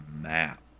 map